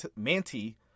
Manti